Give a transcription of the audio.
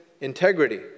integrity